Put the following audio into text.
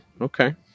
Okay